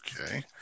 Okay